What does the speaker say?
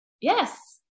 Yes